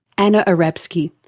anna arabskyj,